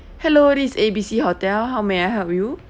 hello this is A B C hotel how may I help you